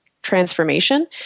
Transformation